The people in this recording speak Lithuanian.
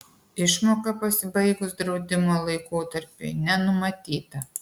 išmoka pasibaigus draudimo laikotarpiui nenumatyta